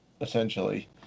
essentially